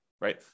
right